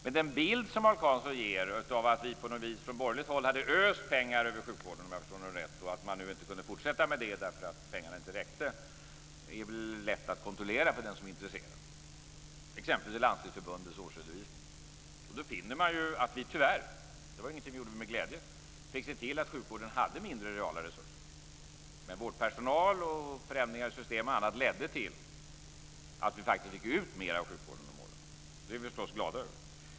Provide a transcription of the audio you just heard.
Men den bild som Hans Karlsson ger av att vi från borgerligt håll på något vis hade öst pengar över sjukvården, om jag förstod honom rätt, och att man nu inte kunde fortsätta med det därför att pengarna inte räckte är väl lätt att kontrollera för den som är intresserad, exempelvis i Landstingsförbundets årsredovisning. Då finner man att vi tyvärr - det var inget vi gjorde med glädje - fick se till att sjukvården hade mindre reala resurser. Men vårdpersonalen, förändringar i system och annat gjorde att vi faktiskt fick ut mer av sjukvården. Det är vi förstås glada över.